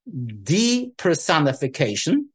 depersonification